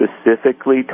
specifically